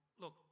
look